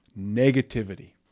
negativity